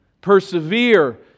Persevere